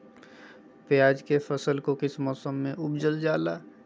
प्याज के फसल को किस मौसम में उपजल जाला?